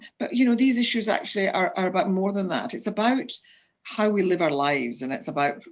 but you know these issues actually are about more than that. it's about how we live our lives, and it's about